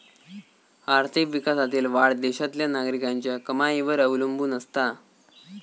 आर्थिक विकासातील वाढ देशातल्या नागरिकांच्या कमाईवर अवलंबून असता